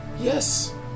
Yes